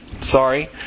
sorry